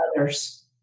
others